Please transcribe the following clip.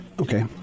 Okay